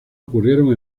ocurrieron